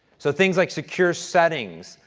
so, things like secure settings,